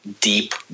deep